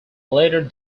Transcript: latter